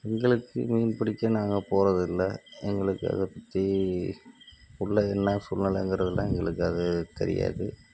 எங்களுக்கு மீன் பிடிக்க நாங்கள் போவது இல்லை எங்களுக்கு அதை பற்றி உள்ள என்ன சூழ்நிலங்கிறதுலாம் எங்களுக்கு அது தெரியாது